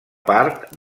part